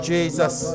Jesus